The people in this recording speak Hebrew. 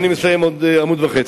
אני מסיים בעוד עמוד וחצי.